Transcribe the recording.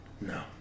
No